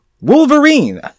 Wolverine